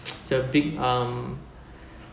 it's a big um